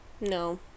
No